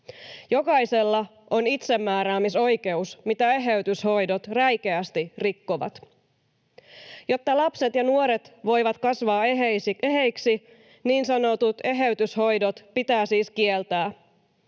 Jokaisella on itsemääräämisoikeus, mitä eheytyshoidot räikeästi rikkovat. Jotta lapset ja nuoret voivat kasvaa eheiksi, niin sanotut eheytyshoidot pitää siis kieltää.